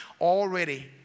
Already